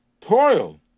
toil